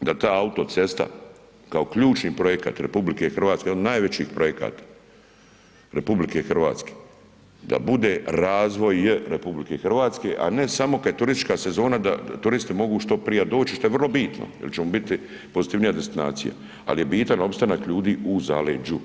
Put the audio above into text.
da ta autocesta kao ključni projekat RH, jedan od najvećih projekata RH, da bude razvoj RH a ne samo kad je turistička sezona da turisti mogu što prije doć, što je vrlo bitno jer ćemo biti pozitivnija destinacija ali je bitan opstanak ljudi u zaleđu.